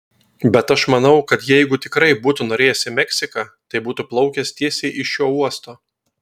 bet aš manau kad jeigu tikrai būtų norėjęs į meksiką tai būtų plaukęs tiesiai iš šio uosto